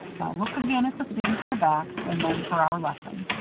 now look again at the seams in the back and then for our lesson.